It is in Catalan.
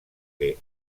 que